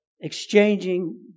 exchanging